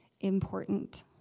important